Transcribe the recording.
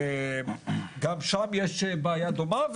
גם שם יש בעיה דומה.